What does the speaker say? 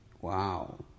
Wow